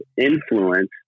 influence